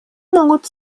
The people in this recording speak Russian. могут